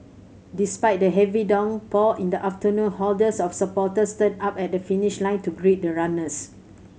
despite the heavy downpour in the afternoon hordes of supporters turned up at the finish line to greet the runners